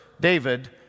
David